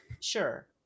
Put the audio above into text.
Sure